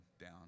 down